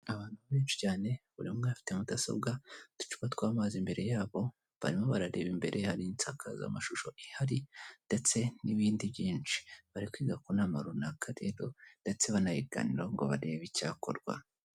Abantu benshi cyane buri umwe afite mudasobwa, uducupa tw'amazi imbere yabo, barimo barareba imbere hari insakazamashusho ihari ndetse n'ibindi byinshi, bari kwiga ku nama runaka rero ndetse banayiganiraho ngo barebe icyakorwa.